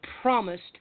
promised